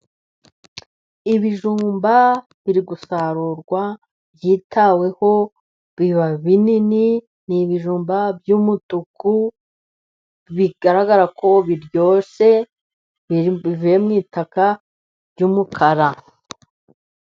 Ibijumba biri gusarurwa, byitaweho biba binini, ni ibijumba by'umutuku, bigaragara ko biryoshye bivuye mu itaka ry'umukara.